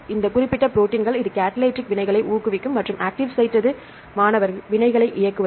ஆமாம் இந்த குறிப்பிட்ட ப்ரோடீன்கள் எது கேடலைஸ் வினைகளை ஊக்குவிக்கும் மற்றும் ஆக்ட்டிவ் சைட் எது